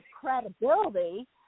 credibility